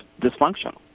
dysfunctional